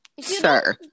Sir